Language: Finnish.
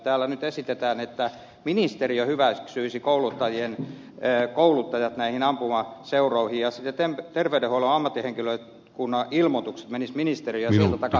täällä nyt esitetään että ministeriö hyväksyisi kouluttajat ampumaseuroihin ja terveydenhuollon ammattihenkilökunnan ilmoitukset menisivät ministeriöön ja sieltä takaisin piiriin